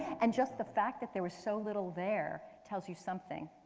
and just the fact that they were so little there tells you something.